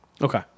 Okay